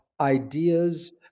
ideas